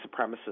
supremacists